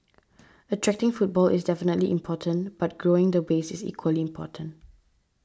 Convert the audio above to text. attracting footfall is definitely important but growing the base is equally important